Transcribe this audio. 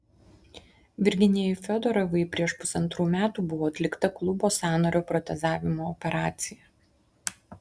virginijai fiodorovai prieš pusantrų metų buvo atlikta klubo sąnario protezavimo operacija